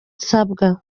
nsabwa